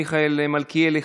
מיכאל מלכיאלי,